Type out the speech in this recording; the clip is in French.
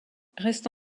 reste